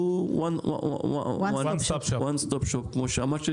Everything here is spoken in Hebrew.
שהוא One stop shop כמו שאמרת,